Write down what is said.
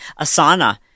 Asana